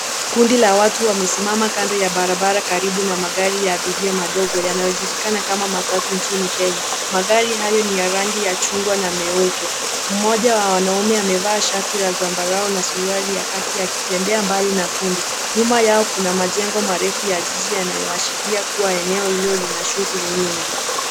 Kundi ya watu wamesimama kando ya barabara karibu na magari ya abiria madogo yanayojulikana kama matatu nchini Kenya. Magari hayo ni ya rangi ya chungwa na meupe. Mmoja wa wanaume amevaa shati la zambarau na suruali ya kaki akitembea mbali na kundi. Nyuma yao kuna majengo marefu ya jiji yanayoashiria eneo hilo lina shughuli nyingi.